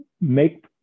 make